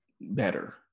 better